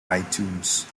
itunes